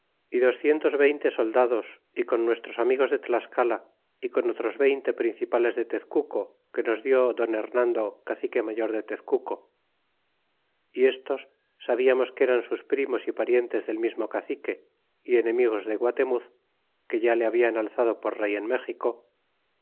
y veinte soldados y con nuestros amigos de tlascala y con otros veinte principales de tezcuco que nos die don hernando cacique mayor de tezcuco y estos sabiamos que eran sus primos y parientes del mismo cae iq u e y enemigos de guatemuz que ya le habian alzado por rey en méxico